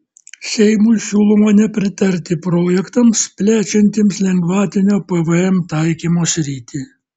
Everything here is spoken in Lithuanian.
seimui siūloma nepritarti projektams plečiantiems lengvatinio pvm taikymo sritį